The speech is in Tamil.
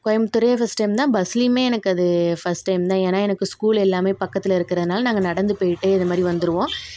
கோயம்புத்தூர் ஃபர்ஸ்ட் டைம் தான் பஸ்லேயுமே எனக்கு அது ஃபர்ஸ்ட் டைம் தான் ஏன்னா எனக்கு ஸ்கூல் எல்லாம் பக்கத்தில் இருக்கிறதுனால நாங்கள் நடந்து போய்ட்டே இதுமாதிரி வந்திருவோம்